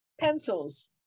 pencils